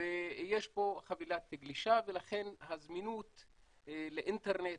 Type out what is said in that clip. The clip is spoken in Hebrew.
ויש חבילת גלישה ולכן הזמינות לאינטרנט,